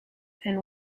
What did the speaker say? and